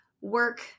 work